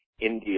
India